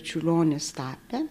čiurlionis tapė